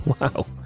Wow